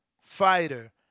fighter